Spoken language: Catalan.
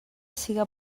siga